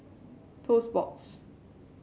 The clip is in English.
Toast Box